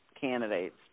candidates